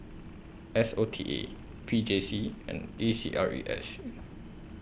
S O T A P J C and A C R E S